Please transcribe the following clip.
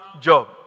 Job